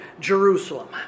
Jerusalem